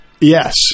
yes